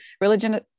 Religion